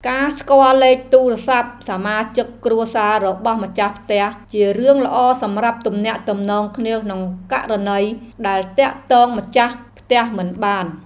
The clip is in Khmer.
ការស្គាល់លេខទូរស័ព្ទសមាជិកគ្រួសាររបស់ម្ចាស់ផ្ទះជារឿងល្អសម្រាប់ទំនាក់ទំនងគ្នាក្នុងករណីដែលទាក់ទងម្ចាស់ផ្ទះមិនបាន។